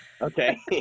Okay